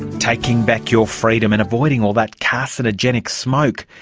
taking back your freedom and avoiding all that carcinogenic smoke.